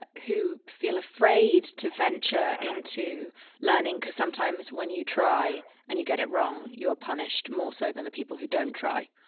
who feel afraid to venture into learning, because sometimes when you try and you get it wrong, you are punished more so than the people who don't try.